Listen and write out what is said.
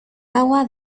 agua